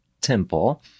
Temple